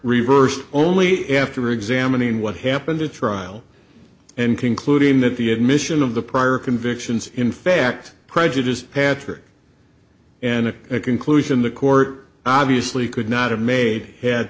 reversed only after examining what happened at trial and concluding that the admission of the prior convictions in fact prejudiced patrick and a conclusion the court obviously could not have made had